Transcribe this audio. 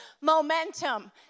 momentum